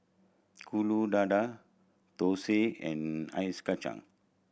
dadar thosai and ice kacang